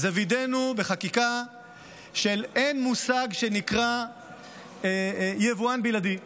וידאנו בחקיקה שאין מושג שנקרא "יבואן בלעדי";